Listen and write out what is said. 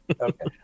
Okay